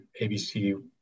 ABC